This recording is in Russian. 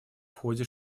ходе